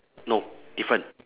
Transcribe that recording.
no different